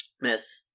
Miss